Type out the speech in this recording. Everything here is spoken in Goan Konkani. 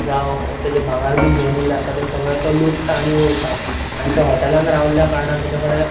जांव तेचे भांगार बी घेवून येल्ले आसता ते सगळें लो लुट्टा आनी वयता आणी तो हॉटेलान रावल्ल्या कारणार ताचे कडेन